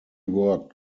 worked